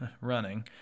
running